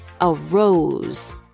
arose